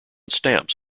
stamps